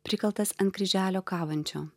prikaltas ant kryželio kabančio